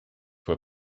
were